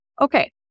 okay